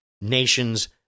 nations